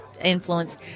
Influence